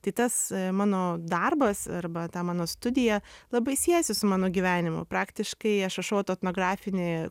tai tas mano darbas arba ta mano studija labai siejasi su mano gyvenimu praktiškai aš rašau autoetnografinį